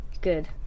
good